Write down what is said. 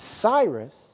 Cyrus